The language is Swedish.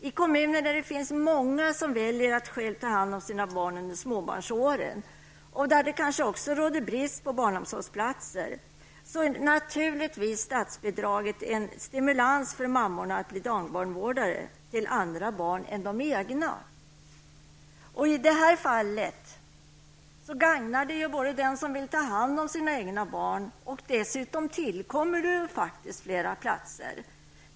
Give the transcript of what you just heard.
I kommuner där många väljer att själva ta hand om sina barn under småbarnsåldern och där det råder brist på barnomsorgsplatser utgör statsbidraget naturligtvis en stimulans för mammorna att bli dagbarnvårdare och ta hand om andras barn. I det här fallet gagnar en ersättning den som vill ta hand om sina egna barn. Dessutom tillkommer det flera platser.